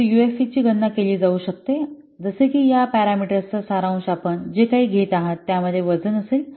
तर यूएफपीची गणना केली जाऊ शकते जसे की या पॅरामीटरचा सारांश आपण जे काही घेत आहात त्यामध्ये त्याचे वजन असेल